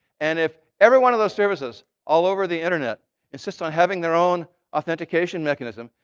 and if every one of those services all over the internet insist on having their own authentication mechanism,